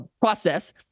process